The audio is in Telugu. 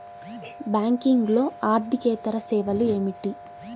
బ్యాంకింగ్లో అర్దికేతర సేవలు ఏమిటీ?